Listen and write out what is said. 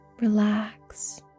Relax